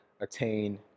attain